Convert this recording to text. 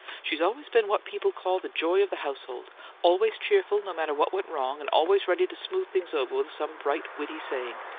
she's always been what people call the joy of the household' always cheerful, no matter what went wrong, and always ready to smooth things over with some bright, witty saying.